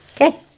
Okay